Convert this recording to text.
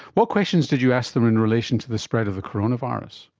what questions did you ask them in relation to the spread of the coronavirus?